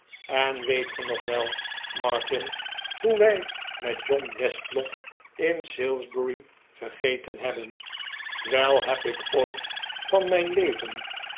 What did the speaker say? en weet ge nog wel martin hoe wij met john westlock in salisbury gegeten hebben wel heb ik ooit van mijn leven